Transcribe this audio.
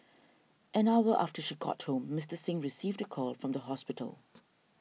an hour after she got home Mister Singh received a call from the hospital